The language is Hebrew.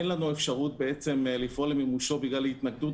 אין לנו אפשרות לפעול למימושו בגלל התנגדות